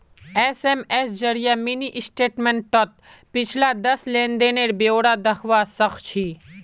SMS जरिए mini स्टेटमेंटत पिछला दस लेन देनेर ब्यौरा दखवा सखछी